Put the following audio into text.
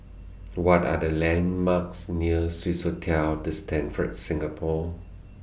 What Are The landmarks near Swissotel The Stamford Singapore